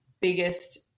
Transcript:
biggest